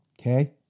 Okay